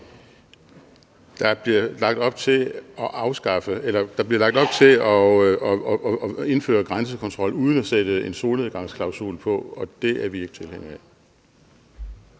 Der bliver lagt op til at indføre grænsekontrol uden at sætte en solnedgangsklausul på, og det er vi ikke tilhængere af.